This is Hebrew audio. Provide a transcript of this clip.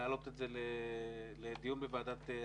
להעלות את זה לדיון בוועדת הכספים.